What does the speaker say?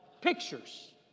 pictures